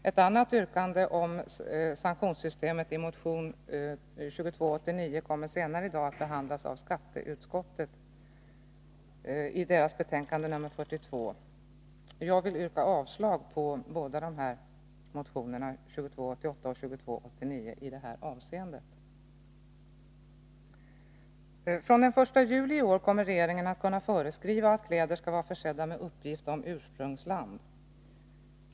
Ett annat yrkande om sanktionssystemet som framförs i motion 2289 kommer att behandlas senare i dag i samband med skatteutskottets betänkande 42. Jag vill yrka avslag på båda dessa motioner, 2288 och 2289, i det här avseendet. Från den 1 juli i år kommer regeringen att kunna föreskriva att kläder skall vara försedda med uppgift om ursprungsland.